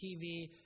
TV